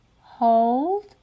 hold